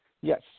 Yes